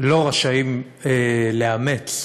לא רשאים לאמץ,